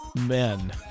men